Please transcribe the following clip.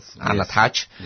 unattached